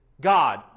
God